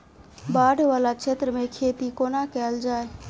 बाढ़ वला क्षेत्र मे खेती कोना कैल जाय?